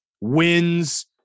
wins